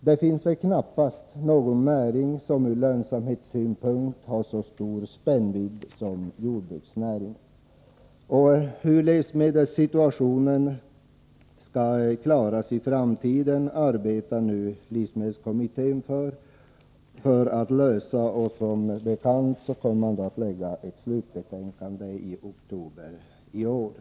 Det finns väl knappast någon näring som ur lönsamhetssynpunkt har så stor spännvidd som jordbruksnäringen. Jag vill dessutom peka på att livsmedelskommittén arbetar med frågan hur livsmedelssituationen skall klaras i framtiden. Som bekant kommer den att lägga fram ett slutbetänkande i oktober i år.